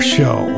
Show